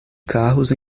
carros